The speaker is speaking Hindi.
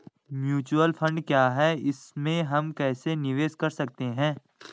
म्यूचुअल फण्ड क्या है इसमें हम कैसे निवेश कर सकते हैं?